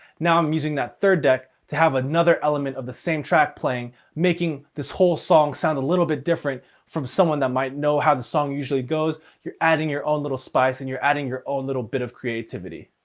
now i'm using that third deck to have another element of the same track playing making this whole song sound a little bit different from someone that might know how the song usually goes. you're adding your own little spice and you're adding your own little bit of creativity.